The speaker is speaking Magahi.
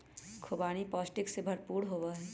खुबानी पौष्टिक से भरपूर मेवा हई